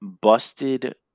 busted